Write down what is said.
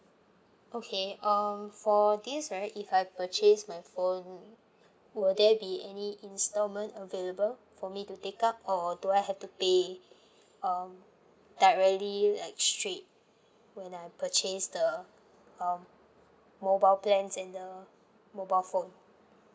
okay um for this right if I purchase my phone will there be any instalment available for me to take up or do I have to pay um directly like straight when I purchase the um mobile plans and the mobile phone